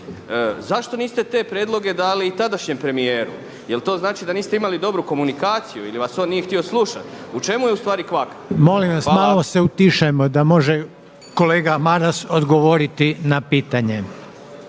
zašto niste te prijedloge dali i tadašnjem premijeru. Jel' to znači da niste imali dobru komunikaciju ili vas on nije htio slušati. U čemu je u stvari kvaka? …/Upadica Reiner: Molim vas malo se utišajmo da može kolega Maras odgovoriti na pitanje./…